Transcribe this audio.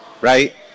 right